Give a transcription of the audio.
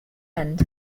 end